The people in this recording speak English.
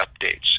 updates